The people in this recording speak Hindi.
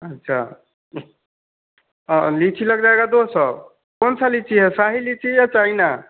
अच्छा और लीची लग जाएगा दो सौ कौन स लीची है शाही लीची या चाइना